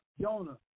Jonah